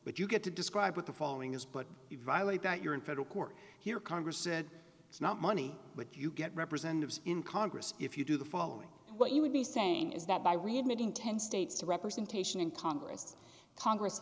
but you get to describe what the following is but you violate that you're in federal court here congress said it's not money but you get representatives in congress if you do the following what you would be saying is that by readmitting ten dollars states to representation in congress congress